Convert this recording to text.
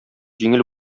җиңел